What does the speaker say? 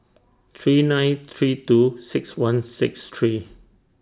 three nine three two six one six three